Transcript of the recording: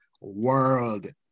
world